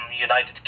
United